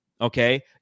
okay